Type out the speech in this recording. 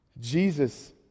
Jesus